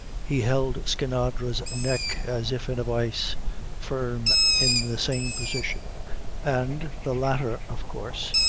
he held skinadre's neck as if in a vice firm in the same position and the latter, of course,